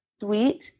sweet